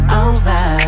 over